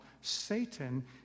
Satan